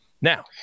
Now